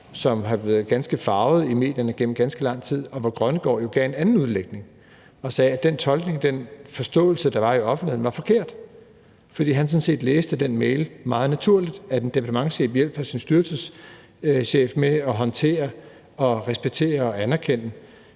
som er blevet ganske farvet i medierne gennem lang tid. For Jørgen Grønnegård Christensen gav jo en anden udlægning og sagde, at den tolkning, den forståelse, der var i offentligheden, var forkert, fordi han sådan set – meget naturligt – læste den mail sådan, at en departementschef hjalp sin styrelseschef med at håndtere og respektere og anerkende